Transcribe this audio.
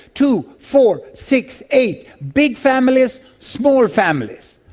two, four, six, eight, big families, small families.